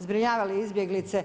zbrinjavali izbjeglice.